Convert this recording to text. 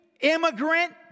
immigrant